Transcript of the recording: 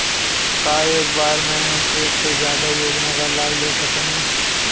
का एक बार में हम एक से ज्यादा योजना का लाभ ले सकेनी?